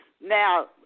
Now